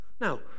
Now